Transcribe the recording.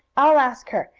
i'll ask her.